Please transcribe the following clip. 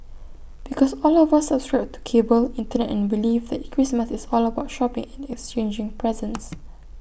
because all of us subscribe to cable Internet and belief that Christmas is all about shopping and exchanging presents